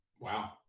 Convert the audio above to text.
Wow